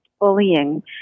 bullying